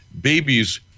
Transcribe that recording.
babies